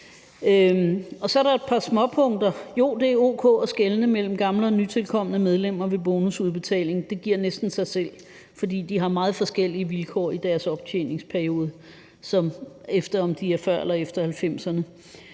Så er der et par småpunkter. Jeg vil sige: Ja, det er o.k. at skelne mellem gamle og nytilkomne medlemmer ved bonusudbetaling. Det giver næsten sig selv, fordi de har meget forskellige vilkår i deres optjeningsperiode, i forhold til om de er kommet til før eller efter 1990'erne.